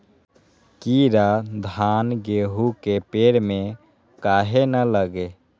कीरा धान, गेहूं के पेड़ में काहे न लगे?